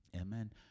Amen